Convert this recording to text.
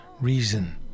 reason